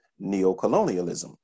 neocolonialism